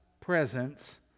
presence